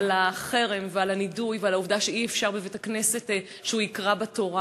על החרם ועל הנידוי ועל העובדה שאי-אפשר שהוא יקרא בתורה